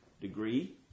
degree